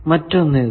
മറ്റൊന്ന് ഇത്